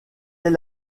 est